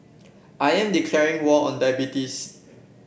I am declaring war on diabetes